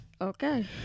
Okay